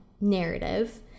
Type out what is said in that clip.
narrative